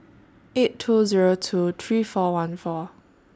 eight two Zero two three four one four